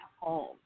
home